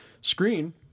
screen